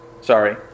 Sorry